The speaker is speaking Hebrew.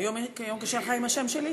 היום קשה לך עם השם שלי?